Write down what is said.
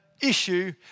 issue